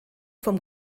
vom